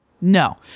No